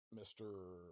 Mr